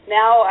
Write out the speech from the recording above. now